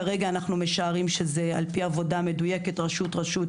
כרגע אנחנו משערים על פי עבודה מדויקת, רשות-רשות